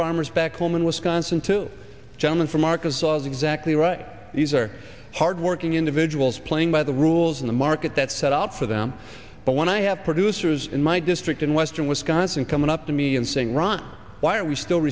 farmers back home in wisconsin two gentlemen from arkansas is exactly right these are hard working individuals playing by the rules in the market that set up for them but when i have producers in my district in western wisconsin coming up to me and saying ron why are we still